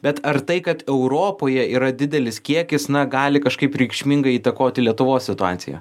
bet ar tai kad europoje yra didelis kiekis na gali kažkaip reikšmingai įtakoti lietuvos situaciją